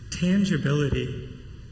tangibility